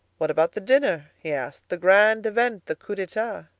what about the dinner? he asked the grand event, the coup d'etat?